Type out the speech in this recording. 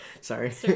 Sorry